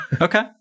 Okay